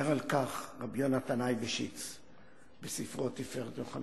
אומר על כך רב יהונתן אייבשיץ בספרו "תפארת יהונתן":